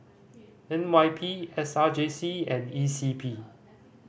N Y P S R J C and E C P